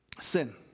sin